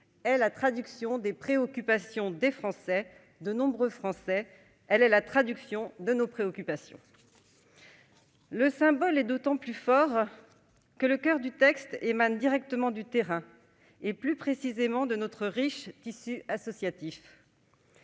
la traduction des préoccupations de nombreux Français, la traduction de nos préoccupations. Le symbole est d'autant plus fort que le coeur du texte émane directement du terrain, plus précisément de notre riche tissu associatif.